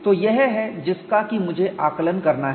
तो यह है जिसका कि मुझे आकलन करना है